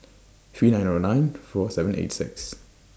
three nine O nine four seven eight six